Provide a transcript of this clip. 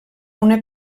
una